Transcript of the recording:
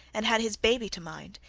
and had his baby to mind,